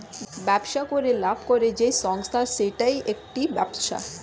ব্যবসা করে লাভ করে যেই সংস্থা সেইটা একটি ব্যবসা